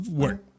work